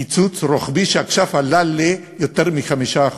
קיצוץ רוחבי, שעכשיו עלה ליותר מ-5%.